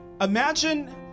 Imagine